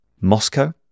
Moscow